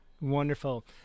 wonderful